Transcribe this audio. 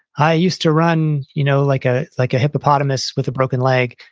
i used to run you know like ah like a hippopotamus with a broken leg.